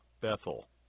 Bethel